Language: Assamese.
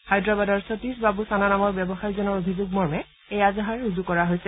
হায়দৰাবাদৰ সতীশ বাবু চানা নামৰ ব্যৱসায়ীজনৰ অভিযোগ মৰ্মে এই এজাহাৰ ৰুজু কৰা হৈছে